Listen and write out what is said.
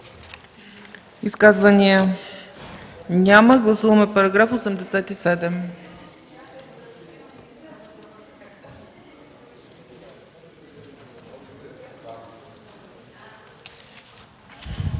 Изказвания? Няма. Гласуваме параграфи